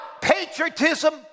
patriotism